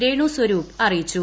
രേണു സ്വരൂപ് അറിയിച്ചു